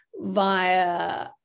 via